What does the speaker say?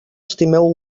estimeu